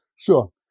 Sure